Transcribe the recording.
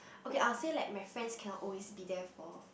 okay I'll say like my friends cannot always be there for